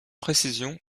précision